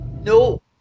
No